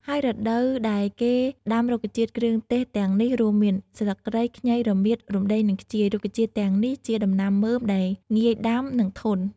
ហើយរដូវដែរគេដាំរុក្ខជាតិគ្រឿងទេសទាំងនេះរួមមាន ស្លឹកគ្រៃ ខ្ញី រមៀត រំដេង និងខ្ជាយ រុក្ខជាតិទាំងនេះជាដំណាំមើមដែលងាយដាំ និងធន់។